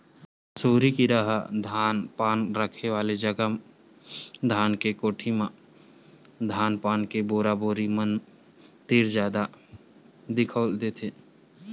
सुरही कीरा ह धान पान रखे वाले जगा धान के कोठी मन म धान पान के बोरा बोरी मन तीर जादा दिखउल देथे